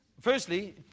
Firstly